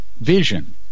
vision